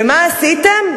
ומה עשיתם?